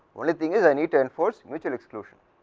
only thing is a need to enforce mutual exclusion,